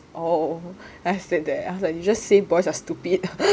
oh I said there I was like you just say boys are stupid